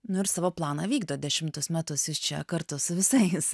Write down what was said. nu ir savo planą vykdo dešimtus metus jis čia kartu su visais